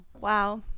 Wow